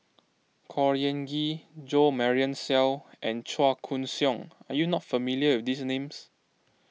Khor Ean Ghee Jo Marion Seow and Chua Koon Siong are you not familiar with these names